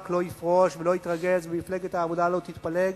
לא יפרוש ולא יתרגז ומפלגת העבודה לא תתפלג